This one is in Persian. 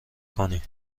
کنی